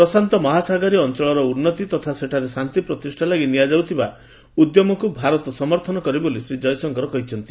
ପ୍ରଶାନ୍ତ ମହାସାଗରୀୟ ଅଞ୍ଚଳର ଉନ୍ନତି ତଥା ସେଠାରେ ଶାନ୍ତି ପ୍ରତିଷ୍ଠା ଲାଗି ନିଆଯାଉଥିବା ଉଦ୍ୟମକୁ ଭାରତ ସମର୍ଥନ କରେ ବୋଲି ଶ୍ରୀ ଜୟଶଙ୍କର କହିଚ୍ଚନ୍ତି